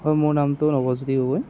হয় মোৰ নামতো নৱজ্যোতি গগৈ